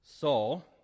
Saul